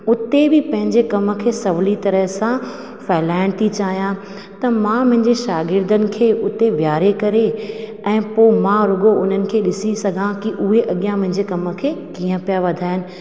उते बि पंहिंजे कम खे सहुली तरह सां फैलाइणु थी चाहियां त मां मुंहिंजे शागिर्दनि खे उते वेहारे करे ऐं पोइ मां रुगो उन्हनि खे ॾिसी सघां कि उहे अॻियां मुंहिंजे कम खे कीअं पिया वधाइनि